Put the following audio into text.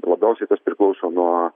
labiausiai tas priklauso nuo